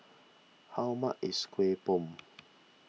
how much is Kueh Bom